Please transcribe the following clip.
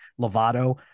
Lovato